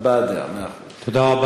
הבעת דעה.